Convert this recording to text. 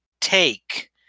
take